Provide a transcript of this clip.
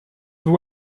have